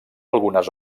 algunes